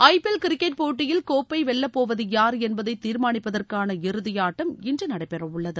ஐ P L cricket போட்டியில் கோப்பை வெல்லப்போவது யார் என்பதை தீர்மானிப்பதற்கான இறுதி ஆட்டம் இன்று நடைபெற உள்ளது